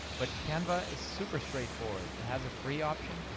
but canva is super straight forward. it has a free option,